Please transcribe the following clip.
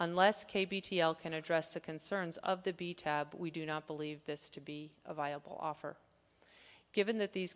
unless they can address the concerns of the b tab we do not believe this to be a viable offer given that these